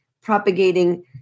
propagating